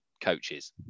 coaches